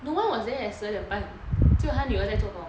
no one was there at 十二点半只有他女儿在做工